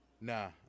nah